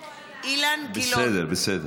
בסדר, בסדר.